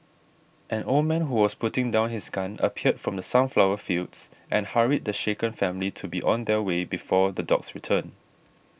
an old man who was putting down his gun appeared from the sunflower fields and hurried the shaken family to be on their way before the dogs return